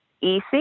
easy